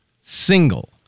single